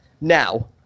Now